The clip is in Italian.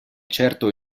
certo